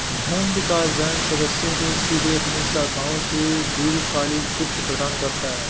भूमि विकास बैंक सदस्यों को सीधे अपनी शाखाओं से दीर्घकालिक वित्त प्रदान करता है